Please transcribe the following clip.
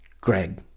Greg